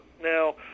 Now